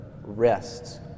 rests